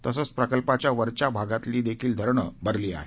तसंच प्रकल्पाच्या वरच्या भागातील देखील धरणे भरली आहेत